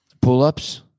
Pull-ups